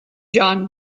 john